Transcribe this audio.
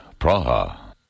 Praha